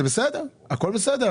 הכול בסדר.